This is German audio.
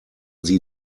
sie